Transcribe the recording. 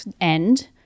end